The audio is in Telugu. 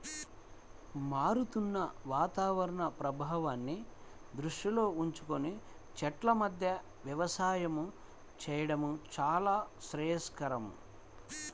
మారుతున్న వాతావరణ ప్రభావాన్ని దృష్టిలో ఉంచుకొని చెట్ల మధ్య వ్యవసాయం చేయడం చాలా శ్రేయస్కరమే